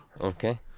Okay